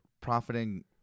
profiting